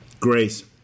Grace